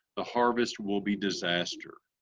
the harvest will be disaster.